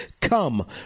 come